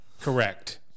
Correct